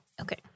Okay